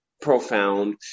profound